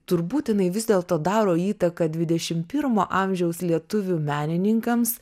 turbūt jinai vis dėlto daro įtaką dvidešim pirmo amžiaus lietuvių menininkams